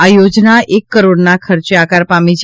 આ યોજના એક કરોડના ખર્ચે આકાર પામી છે